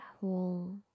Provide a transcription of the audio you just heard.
whole